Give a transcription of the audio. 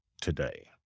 today